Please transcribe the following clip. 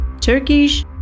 Turkish